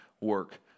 work